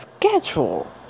schedule